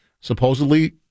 supposedly